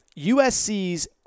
USC's